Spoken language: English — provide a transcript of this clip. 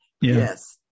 Yes